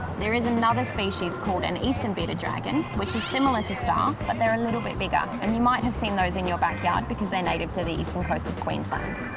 there is another species called an eastern bearded dragon. which is similar to star um but they're a little bit bigger and you might have seen those in your back yard because they're native to the eastern coast of queensland.